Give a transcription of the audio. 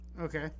Okay